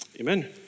Amen